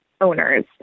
owners